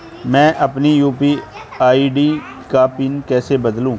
मैं अपनी UPI ID का पिन कैसे बदलूं?